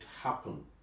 happen